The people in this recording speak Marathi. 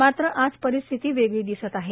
मात्र आज परिस्थिती वेगळी दिसत आहे